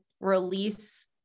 release